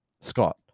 Scott